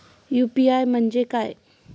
UPI म्हणजे काय?